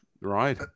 Right